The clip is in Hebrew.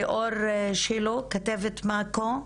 ליאור שלו, כתבת מאקו,